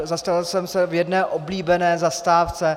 Zastavil jsem se v jedné oblíbené zastávce.